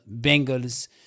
Bengals